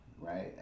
right